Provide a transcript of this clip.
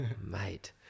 mate